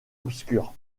obscur